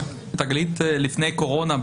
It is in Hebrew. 'תגלית' לפני הקורונה,